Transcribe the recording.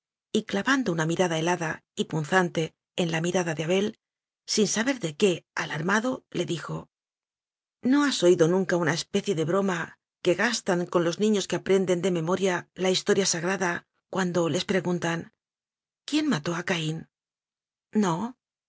y clavando una mirada helada y punzante en la miráda de abel sin saber de qué alarmado le dijo no has oído nunca una especie de broma que gastan con los niños que aprenden de memoria la historia sagrada cuando les pre guntan quién mató a caín no